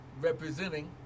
Representing